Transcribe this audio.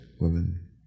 women